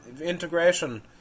integration